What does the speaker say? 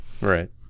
right